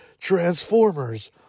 Transformers